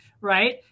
right